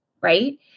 right